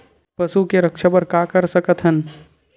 पशु के रक्षा बर का कर सकत हन?